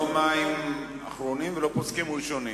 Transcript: לא מים אחרונים ולא פוסקים ראשונים.